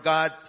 God